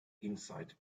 inside